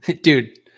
dude